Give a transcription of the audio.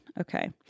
Okay